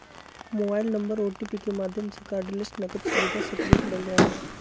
mobile number OTP के माध्यम से कार्डलेस नकद सुविधा सक्रिय करल जा हय